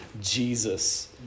Jesus